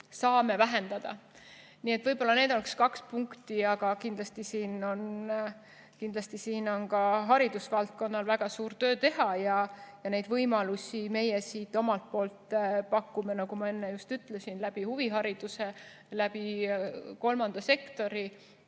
saab vähendada. Võib-olla need kaks punkti. Aga kindlasti on siin ka haridusvaldkonnal väga suur töö teha. Neid võimalusi meie omalt poolt pakume, nagu ma enne ütlesin, huvihariduse, kolmanda sektori